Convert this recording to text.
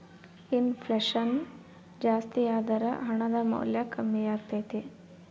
ಇನ್ ಫ್ಲೆಷನ್ ಜಾಸ್ತಿಯಾದರ ಹಣದ ಮೌಲ್ಯ ಕಮ್ಮಿಯಾಗತೈತೆ